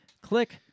click